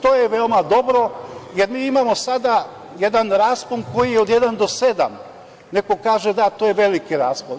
To je veoma dobro jer mi imamo sada jedan raspon koji je od 1 do 7. Neko kaže – da, to je veliki raspon.